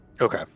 Okay